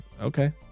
Okay